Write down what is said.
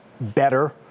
better